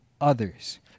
others